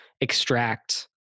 extract